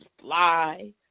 fly